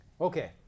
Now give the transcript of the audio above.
Okay